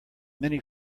many